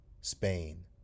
Spain